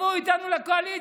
תבואו איתנו לקואליציה.